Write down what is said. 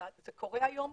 זה קורה היום,